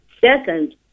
Second